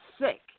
sick